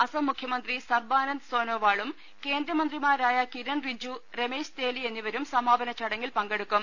അസം മുഖ്യമന്ത്രി സർബാനന്ദ് സോനോവാളും കേന്ദ്രമന്ത്രിമാരായ കിരൺ റിജ്ജു രമേശ് തേലി എന്നിവരും സമാപന ചടങ്ങിൽ പങ്കെടുക്കും